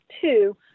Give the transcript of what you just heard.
Two